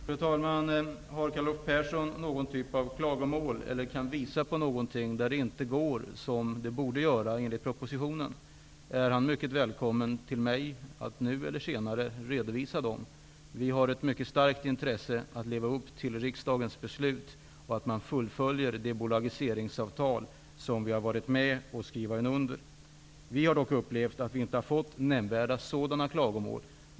Fru talman! Har Carl Olov Persson någon typ av klagomål eller kan han visa på att något inte går som det borde enligt propositionen, är han mycket välkommen till mig för att nu eller senare redovisa detta. Vi har ett mycket starkt intresse av att leva upp till riksdagens beslut att fullfölja det bolagiseringsavtal som vi har varit med om att skriva under. Vi har dock inte upplevt att vi har fått nämnvärda sådana klagomål.